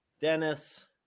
Dennis